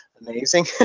amazing